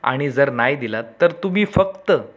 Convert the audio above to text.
आणि जर नाही दिलं तर तुम्ही फक्त